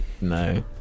No